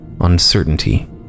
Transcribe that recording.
uncertainty